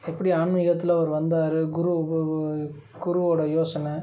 எப்படி ஆன்மீகத்தில் அவர் வந்தார் குரு குருவோட யோசனை